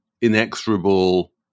inexorable